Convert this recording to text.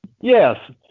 Yes